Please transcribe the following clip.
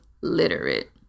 literate